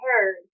heard